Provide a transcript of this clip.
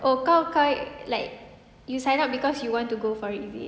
oh kau kau like you sign up cause you want to go for it is it